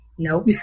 Nope